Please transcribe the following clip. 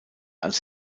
als